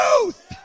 truth